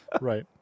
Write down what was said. right